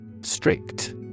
Strict